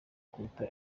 kuruta